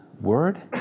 word